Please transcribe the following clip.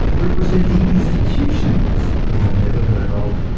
representing institutions you have never heard of.